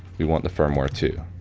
we want the firmware too.